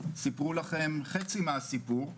סיפרו לכם חצי מהסיפור,